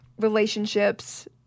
relationships